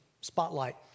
spotlight